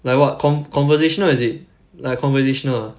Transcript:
like what con~ conversation or is it like conversational